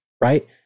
right